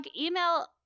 Email